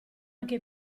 anche